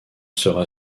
sera